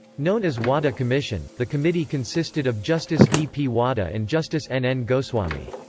known as wadhwa commission, the committee consisted of justice dp wadhwa and justice nn goswamy.